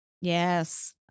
Yes